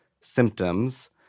symptoms